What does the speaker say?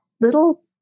little